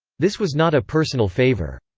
this was not a personal favor.